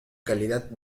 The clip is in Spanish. calidad